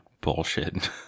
bullshit